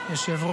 הפסדת